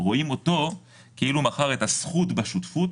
רואים אותו כאילו מכר את הזכות בשותפות,